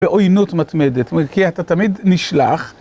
בעוינות מתמדת, כי אתה תמיד נשלח.